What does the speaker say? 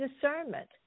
discernment